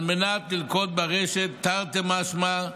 על מנת ללכוד ברשת, תרתי משמע,